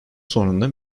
sonunda